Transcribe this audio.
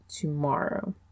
Tomorrow